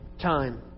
time